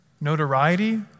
notoriety